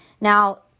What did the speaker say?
Now